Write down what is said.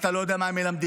אתה לא יודע מה הם מלמדים,